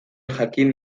jakin